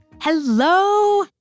Hello